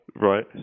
Right